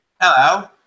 Hello